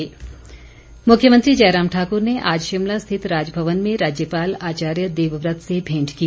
पौधरोपण मुख्यमंत्री जयराम ठाकुर ने आज शिमला स्थित राजभवन में राज्यपाल आचार्य देवव्रत से मेंट की